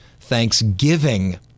Thanksgiving